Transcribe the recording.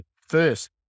first